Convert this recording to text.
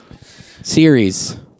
Series